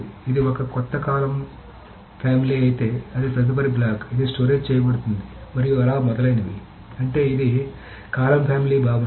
కాబట్టి ఇది ఒక కొత్త కాలమ్ కుటుంబం అయితే అది తదుపరి బ్లాక్ ఇది స్టోరేజ్ చేయబడుతుంది మరియు అలా మొదలైనవి అంటే ఇది కాలమ్ ఫ్యామిలీ భావన